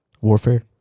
Warfare